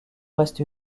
reste